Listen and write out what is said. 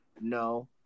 No